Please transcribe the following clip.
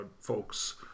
folks